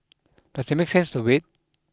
does it make sense to wait